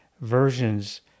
versions